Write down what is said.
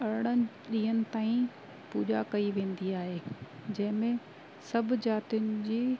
अरिड़हं ॾींहंनि ताईं पूॼा कई वेंदी आहे जंहिं में सभु जातियुनि जी